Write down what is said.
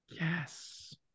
yes